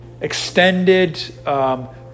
extended